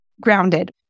grounded